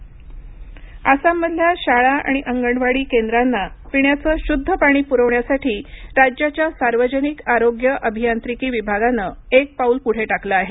आसाम जल जीवन आसाममधल्या शाळा आणि अंगणवाडी केंद्रांना पिण्याच शुद्ध पाणी पुरवण्यासाठी राज्याच्या सार्वजनिक आरोग्य अभियांत्रिकी विभागानं एक पाऊल पुढे टाकलं आहे